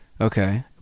Okay